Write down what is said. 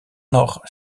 nog